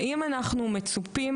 האם אנחנו מצופים,